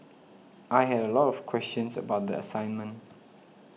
I had a lot of questions about the assignment